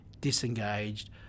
disengaged